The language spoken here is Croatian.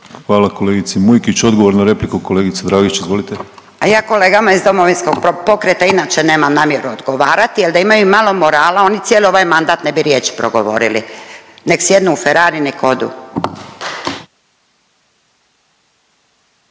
Hvala kolegici Mujkić, odgovor na repliku kolegici Dragić. Izvolite. **Dragić, Irena (SDP)** A ja kolegama iz Domovinskog pokreta inače nemam namjeru odgovarati, al da imaju malo morala oni cijeli ovaj mandat ne bi riječ progovorili. Nek sjednu u Ferrari nek odu.